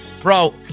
bro